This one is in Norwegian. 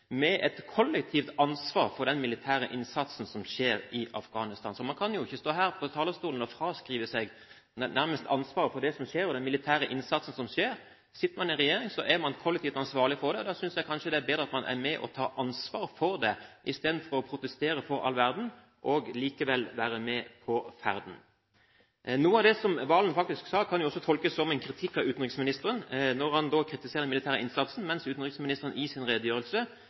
Afghanistan. Man kan jo ikke stå her på talerstolen og nærmest fraskrive seg ansvaret for det som skjer, den militære innsatsen som skjer. Sitter man i regjering, er man kollektivt ansvarlig for det. Da synes jeg kanskje det er bedre at man er med og tar ansvar for det, istedenfor å protestere for all verden og likevel være med på ferden. Noe av det Serigstad Valen faktisk sa, kan jo også tolkes som en kritikk av utenriksministeren – han kritiserer den militære innsatsen, mens utenriksministeren i sin redegjørelse